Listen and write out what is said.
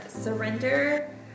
surrender